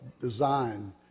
design